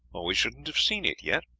or we shouldn't have seen it yet.